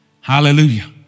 Hallelujah